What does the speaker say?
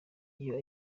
iyo